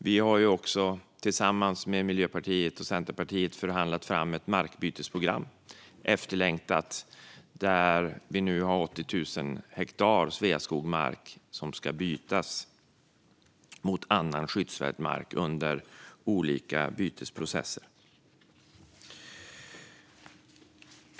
Vi har tillsammans med Miljöpartiet och Centerpartiet förhandlat fram ett efterlängtat markbytesprogram, där vi nu har 80 000 hektar Sveaskogmark som ska bytas mot annan skyddsvärd mark under olika bytesprocesser.